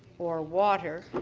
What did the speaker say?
or water.